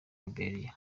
liberia